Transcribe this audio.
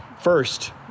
first